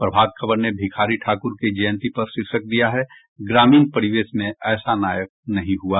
प्रभात खबर ने भिखारी ठाकुर की जयंती पर शीर्षक दिया है ग्रामीण परिवेश में ऐसा नायक नहीं हुआ